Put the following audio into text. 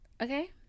Okay